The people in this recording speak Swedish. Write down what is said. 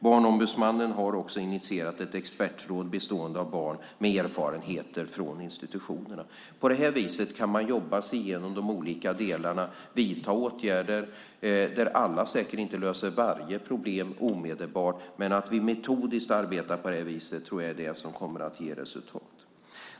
Barnombudsmannen har också initierat ett expertråd bestående av barn med erfarenheter från institutionerna. På det här viset kan man jobba sig igenom de olika delarna och vidta åtgärder, varav alla säkert inte löser varje problem omedelbart. Att vi metodiskt arbetar på det här viset tror jag dock kommer att ge resultat.